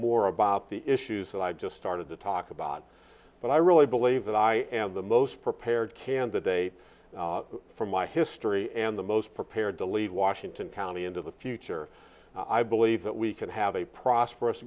more about the issues that i just started to talk about but i really believe that i am the most prepared candidate for my history and the most prepared to leave washington county into the future i believe that we can have a prosperous